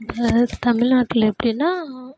தமிழ்நாட்டில் எப்படின்னா